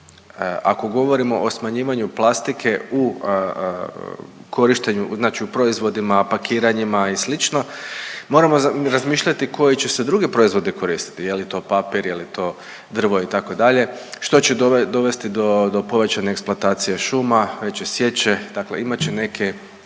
Ako govorimo o smanjivanju plastike u korištenju znači u proizvodima, pakiranjima i slično, moramo razmišljati koji će se drugi proizvodi koristiti, je li to papir, je li to drvo itd., što će dovesti do povećane eksploatacije šuma, veće sječe, dakle